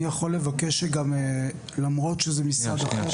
אני יכול לבקש שלמרות שזה משרד אחר,